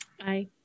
Aye